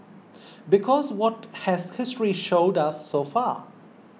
because what has history showed us so far